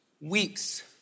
weeks